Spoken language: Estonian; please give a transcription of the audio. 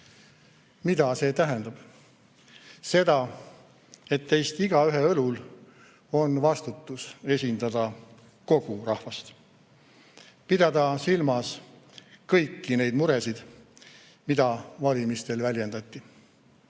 Mida see tähendab? Seda, et teist igaühe õlul on vastutus esindada kogu rahvast, pidada silmas kõiki neid muresid, mida valimistel väljendati.